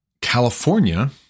California